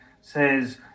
says